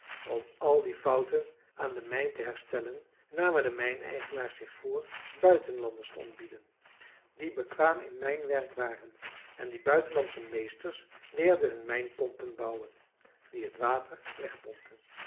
om al die fouten aan de mijn te herstellen namen de mijneigenaars zich voor buitenlanders te ontbieden die bekwaam in mijnwerk waren en die buitenlandsche meesters leerden hun mijnpompen bouwen die het water